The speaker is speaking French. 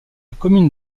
commune